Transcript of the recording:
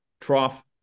trough